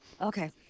Okay